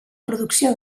producció